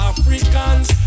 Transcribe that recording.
Africans